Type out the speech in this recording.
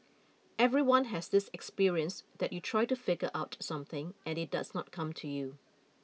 everyone has this experience that you try to figure out something and it does not come to you